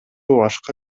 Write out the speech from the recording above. башка